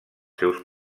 seus